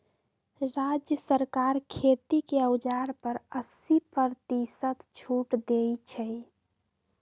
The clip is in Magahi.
राज्य सरकार खेती के औजार पर अस्सी परतिशत छुट देई छई